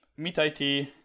MeetIT